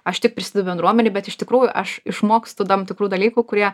aš tik prisidedu bendruomenei bet iš tikrųjų aš išmokstu tam tikrų dalykų kurie